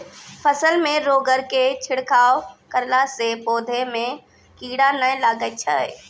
फसल मे रोगऽर के छिड़काव करला से पौधा मे कीड़ा नैय लागै छै?